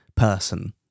person